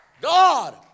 god